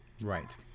Right